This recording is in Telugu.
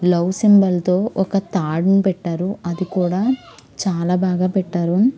లవ్ సింబల్తో ఒక తాడును పెట్టారు అది కూడా చాలా బాగా పెట్టారు